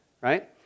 right